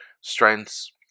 strengths